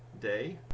day